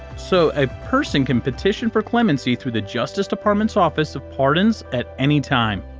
so a person can petition for clemency through the justice department's office of pardons at any time,